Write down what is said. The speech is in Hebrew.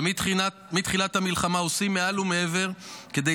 ומתחילת המלחמה עושים מעל ומעבר כדי